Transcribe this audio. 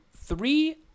three